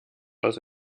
aus